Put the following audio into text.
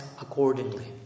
accordingly